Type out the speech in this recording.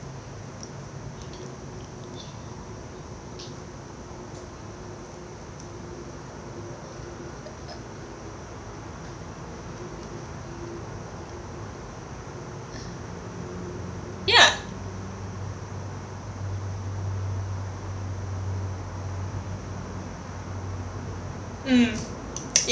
ya mm